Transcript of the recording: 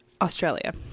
Australia